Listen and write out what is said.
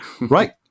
Right